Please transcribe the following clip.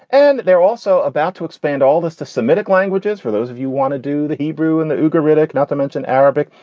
and they're also about to expand all this to semitic languages for those if you want to do the hebrew and the ah agritech. not to mention arabic,